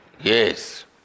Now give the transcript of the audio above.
Yes